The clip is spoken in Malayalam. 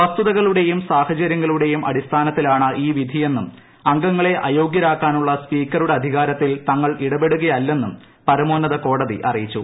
വസ്തുതകളുടെയും സാഹചര്യങ്ങളുടെയും അടിസ്ഥാനത്തിലാണ് ഈ വിധിയെന്നും അംഗങ്ങളെ അയോഗ്യരാക്കാനുളള സ്പീക്കറുടെ അധികാരത്തിൽ തങ്ങൾ ഇടപെടുകയല്ലെന്നും പരമോന്നത കോടതി അറിയിച്ചു